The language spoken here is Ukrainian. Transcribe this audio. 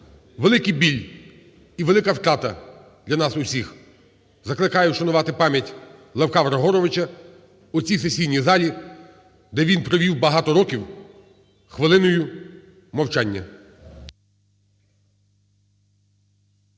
Великий біль і велика втрата для нас усіх. Закликаю вшанувати пам'ять Левка Григоровича у цій сесійній залі, де він провів багато років, хвилиною мовчання.